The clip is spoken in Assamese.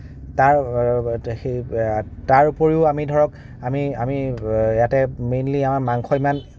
তাৰ তাৰ ওপৰিও আমি ধৰক আমি আমি ইয়াতে মেইনলি আমাৰ মাংস ইমান